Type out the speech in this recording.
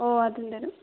ഓ അതും തരും